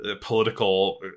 political